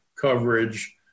coverage